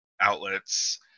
outlets